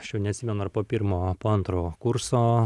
aš jau neatsimenu ar po pirmo po antro kurso